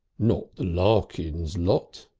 not the larkins lot?